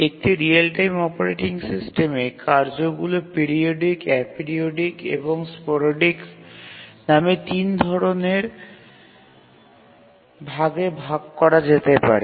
একটি real time operating সিস্টেমে কার্যগুলি পিরিওডিক এপিরিওডিক এবং স্পোরডিক নামে তিন ধরণের ভাগে ভাগ করা যেতে পারে